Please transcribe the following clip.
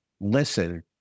listen